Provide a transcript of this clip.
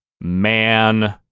man